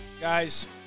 Guys